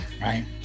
right